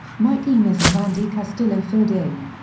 mike inez and randy castillo filled in.